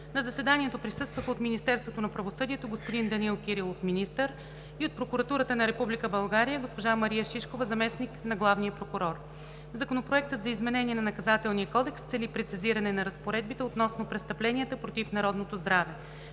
На заседанието присъстваха: от Министерството на правосъдието – господин Данаил Кирилов, министър, и от Прокуратурата на Република България – госпожа Мария Шишкова, заместник на главния прокурор. Законопроектът за изменение на Наказателния кодекс цели прецизиране на разпоредбите относно престъпленията против народното здраве.